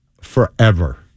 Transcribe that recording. forever